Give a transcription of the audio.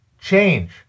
change